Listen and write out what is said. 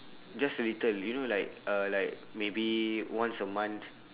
just a little you know like uh like maybe once a month